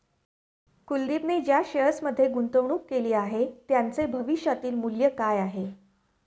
कुलदीपने ज्या शेअर्समध्ये गुंतवणूक केली आहे, त्यांचे भविष्यातील मूल्य काय आहे?